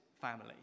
family